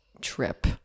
trip